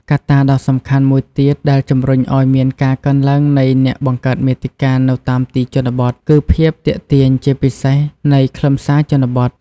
កត្តាដ៏សំខាន់មួយទៀតដែលជំរុញឲ្យមានការកើនឡើងនៃអ្នកបង្កើតមាតិកានៅតាមទីជនបទ គឺ ភាពទាក់ទាញជាពិសេសនៃខ្លឹមសារជនបទ។